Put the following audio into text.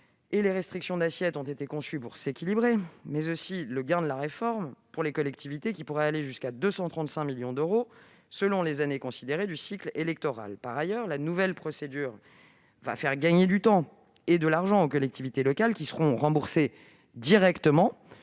et restrictions d'assiette ont été conçus pour s'équilibrer, mais le gain de la réforme pour les collectivités pourrait aussi aller jusqu'à 235 millions d'euros selon les années considérées du cycle électoral. Par ailleurs, la nouvelle procédure fera gagner du temps et de l'argent aux collectivités locales, qui seront remboursées directement